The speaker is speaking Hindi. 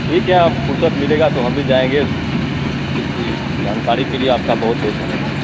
ठीक है अब फुर्सत मिलेगा तो हम भी जाएँगे इस इस ई जानकारी के लिए आपका बहुत बहुत धन्यवाद